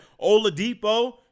Oladipo